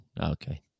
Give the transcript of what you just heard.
okay